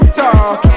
talk